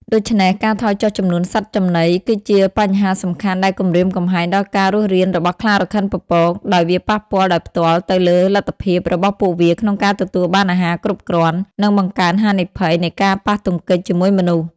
ដូច្នេះ ការថយចុះចំនួនសត្វចំណីគឺជាបញ្ហាសំខាន់ដែលគំរាមកំហែងដល់ការរស់រានរបស់ខ្លារខិនពពក ដោយវាប៉ះពាល់ដោយផ្ទាល់ទៅលើលទ្ធភាពរបស់ពួកវាក្នុងការទទួលបានអាហារគ្រប់គ្រាន់ និងបង្កើនហានិភ័យនៃការប៉ះទង្គិចជាមួយមនុស្ស។